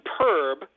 superb